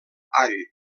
all